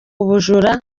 ubujura